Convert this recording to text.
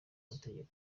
mategeko